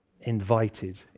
invited